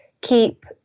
keep